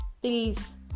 please